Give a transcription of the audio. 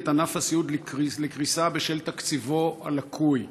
את ענף הסיעוד לקריסה בשל תקציבו הלקוי.